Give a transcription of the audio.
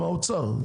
האוצר.